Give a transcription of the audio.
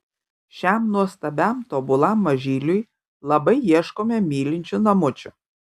šiam nuostabiam tobulam mažyliui labai ieškome mylinčių namučių